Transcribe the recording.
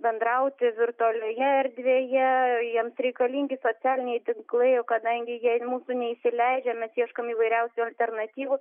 bendrauti virtualioje erdvėje jiems reikalingi socialiniai tinklai kadangi jei mūsų neįsileidžia mes ieškome įvairiausių alternatyvų